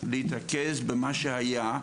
להתרכז במה שהיה.